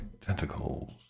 Tentacles